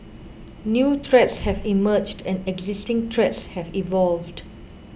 new threats have emerged and existing threats have evolved